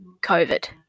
COVID